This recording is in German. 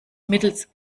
mittels